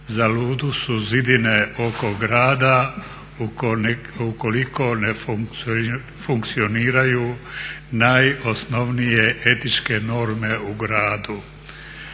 "Za ludu su zidine oko grada u koliko ne funkcioniraju najosnovnije etičke norme u gradu."